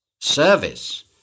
Service